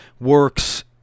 works